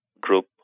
group